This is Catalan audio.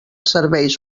serveis